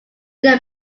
then